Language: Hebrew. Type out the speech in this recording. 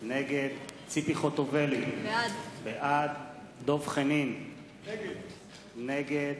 נגד ציפי חוטובלי, בעד דב חנין, נגד